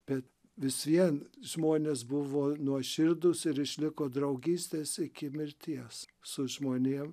bet vis vien žmonės buvo nuoširdūs ir išliko draugystės iki mirties su žmonėm